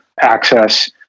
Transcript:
access